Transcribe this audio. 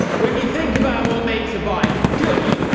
when you think about what makes a bike good,